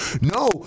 no